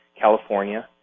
California